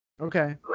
Okay